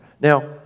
now